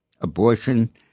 abortion